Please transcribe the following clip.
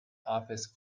office